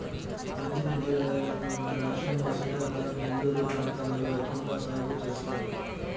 మంచి నీటి రొయ్యలను మన రాష్ట్రం లో శ్రీకాకుళం, నెల్లూరు ప్రాంతాలలో ఎక్కువ సాగు చేస్తారు